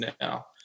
now